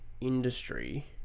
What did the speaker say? industry